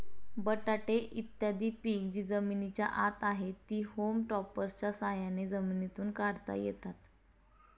बटाटे इत्यादी पिके जी जमिनीच्या आत आहेत, ती होम टॉपर्सच्या साह्याने जमिनीतून काढता येतात